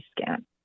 scan